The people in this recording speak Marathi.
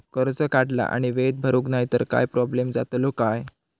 कर्ज काढला आणि वेळेत भरुक नाय तर काय प्रोब्लेम जातलो काय?